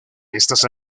estas